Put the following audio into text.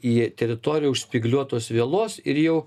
į teritoriją už spygliuotos vielos ir jau